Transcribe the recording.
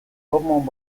common